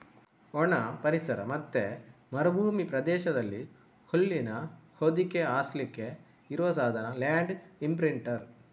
ಒಣ ಪರಿಸರ ಮತ್ತೆ ಮರುಭೂಮಿ ಪ್ರದೇಶದಲ್ಲಿ ಹುಲ್ಲಿನ ಹೊದಿಕೆ ಹಾಸ್ಲಿಕ್ಕೆ ಇರುವ ಸಾಧನ ಲ್ಯಾಂಡ್ ಇಂಪ್ರಿಂಟರ್